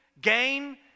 gain